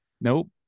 Nope